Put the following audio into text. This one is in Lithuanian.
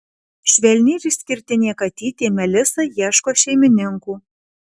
švelni ir išskirtinė katytė melisa ieško šeimininkų